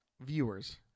viewers